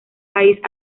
país